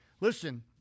Listen